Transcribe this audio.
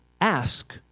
ask